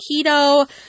keto